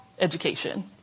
education